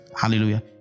hallelujah